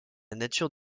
nature